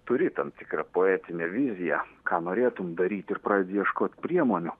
turi tam tikrą poetinę viziją ką norėtum daryt ir pradedi ieškot priemonių